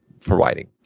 providing